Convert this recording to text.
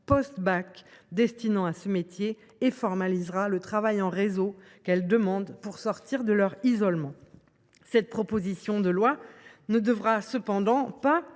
destinant à ce métier et formalisera le travail en réseau qu’elles demandent pour sortir de leur isolement. Cette proposition de loi ne devra cependant pas